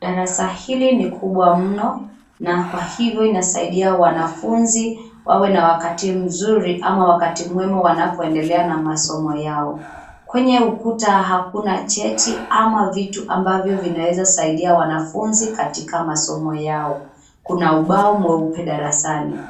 Darasa hili ni kubwa mno na kwa hivyo inasaidia wanafunzi wawe na wakati mzuri ama wakati mwema wanapoendelea na masomo yao. Kwenye ukuta hakuna chati ama vitu ambavyo vinaweza saidia wanafunzi katika masomo yao. Kuna ubao mweupe darasani.